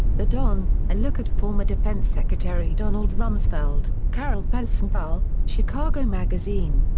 the don a look at former defense secretary donald rumsfeld, carol felsenthal, chicago magazine.